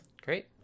Great